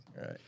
right